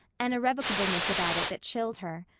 an irrevocableness about it that chilled her.